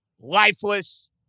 lifeless